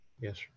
Yes